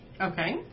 Okay